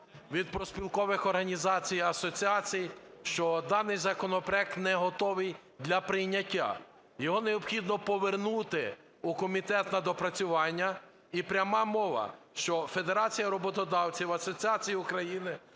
від профспілкових організацій і асоціацій, що даний законопроект не готовий для прийняття. Його необхідно повернути у комітет на доопрацювання. І пряма мова: що Федерація роботодавців асоціації України